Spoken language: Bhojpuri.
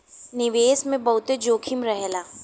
निवेश मे बहुते जोखिम रहेला